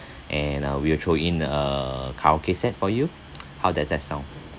and uh we will throw in a karaoke set for you how does that sound